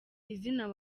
izina